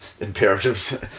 imperatives